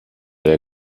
der